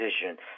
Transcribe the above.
decision